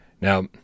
now